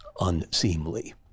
unseemly